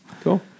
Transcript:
Cool